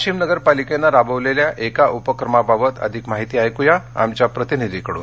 वाशिम नगर पालिकेनं राबवलेल्या एका उपक्रमाबाबत अधिक माहिती आमच्या प्रतिनिधीकडून